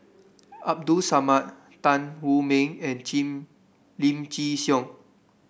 Abdul Samad Tan Wu Meng and Chin Lim Chin Siong